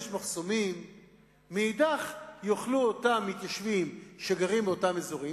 ומצד שני מתיישבים שגרים באותם אזורים